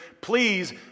Please